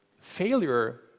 failure